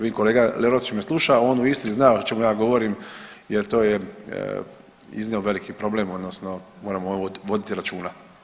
Vi kolega Lerotić me sluša, on u Istri zna o čemu ja govorim jer to je iznimno veliki problem odnosno moramo voditi računa.